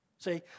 See